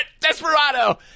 Desperado